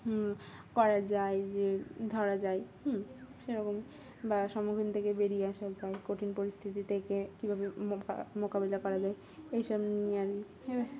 করা যায় যে ধরা যায় হুম সেরকমই বা সম্মুখীন থেকে বেরিয়ে আসা যায় কঠিন পরিস্থিতি থেকে কীভাবে কী মোকাবিলা করা যায় এইসব নিয়ে